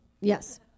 Yes